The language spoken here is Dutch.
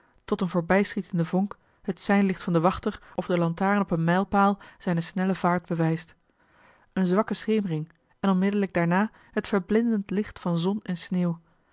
tot eene voorbijschietende vonk het seinlicht van den wachter of de lantaarn op een mijlpaal zijne snelle vaart bewijst eene zwakke schemering en onmiddellijk daarna het verblindend licht van zon en sneeuw